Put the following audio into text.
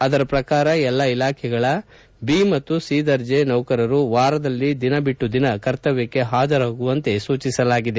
ಅದರ ಪ್ರಕಾರ ಎಲ್ಲಾ ಇಲಾಖೆಗಳ ಬಿ ಮತ್ತು ಸಿ ದರ್ಜೆ ನೌಕರರು ವಾರದಲ್ಲಿ ದಿನ ಬಿಟ್ಟು ದಿನ ಕರ್ತವ್ಯಕ್ಕೆ ಹಾಜರಾಗುವಂತೆ ಸೂಚಿಸಲಾಗಿದೆ